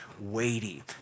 weighty